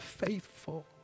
Faithful